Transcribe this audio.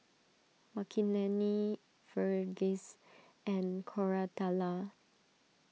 Makineni Verghese and Koratala